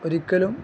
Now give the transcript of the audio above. ഒരിക്കലും